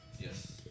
Yes